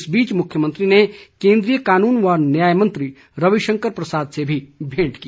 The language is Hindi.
इस बीच मुख्यमंत्री ने केन्द्रीय कानून व न्याय मंत्री रविशंकर प्रसाद से भी भेंट की